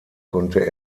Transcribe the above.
konnte